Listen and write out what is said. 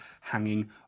hanging